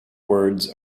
words